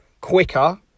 quicker